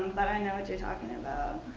but i know what you're talking about.